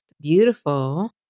beautiful